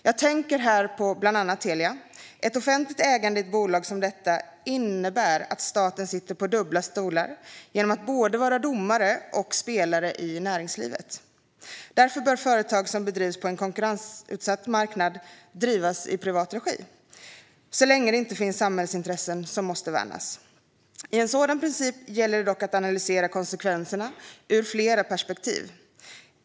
Jag tänker bland annat på Telia. Ett offentligt ägande i ett bolag som detta innebär att staten sitter på dubbla stolar genom att vara både domare och spelare i näringslivet. Därför bör företag på en konkurrensutsatt marknad drivas i privat regi - så länge det inte finns samhällsintressen som måste värnas. Med en sådan princip gäller det dock att analysera konsekvenserna ur flera perspektiv.